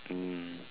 mm